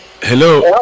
Hello